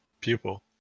pupil